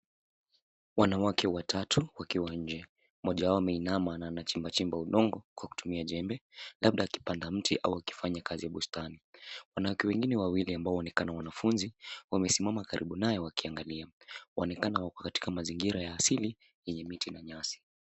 Wanawake watatu wakiwa nje, mmoja wao ameinama na anachimba chimba udongo kwa kutumia jembe, labda akipanda mti au akifanya kazi ya bustani. Wanawake wengine wawili ambao wanaonekana wanafunzi, wamesimama karibu naye wakiangalia. Waonekana wako katika mazingira ya asili yenye miti na nyasi.